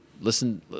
listen